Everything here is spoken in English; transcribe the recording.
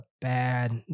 bad